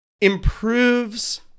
improves